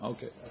Okay